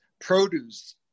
produce